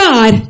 God